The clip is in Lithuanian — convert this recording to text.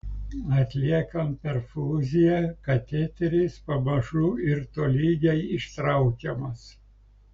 atliekant perfuziją kateteris pamažu ir tolygiai ištraukiamas